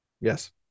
Yes